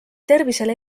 tervisele